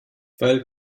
weil